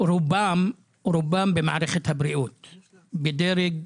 רובם במערכת הבריאות בדרג,